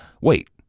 wait